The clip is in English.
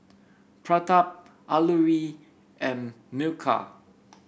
Pratap Alluri and Milkha